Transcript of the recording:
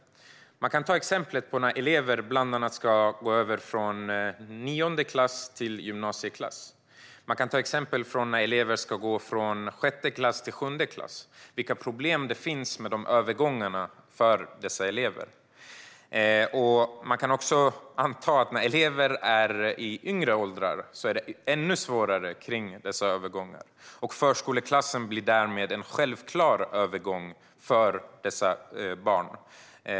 När elever ska gå över från nionde klass till gymnasieklass eller när elever ska gå från sjätte till sjunde klass får de problem vid övergångarna. Man kan anta att när elever är i ännu yngre åldrar blir övergångarna ännu svårare. Förskoleklassen blir därmed en självklar övergång för dessa barn.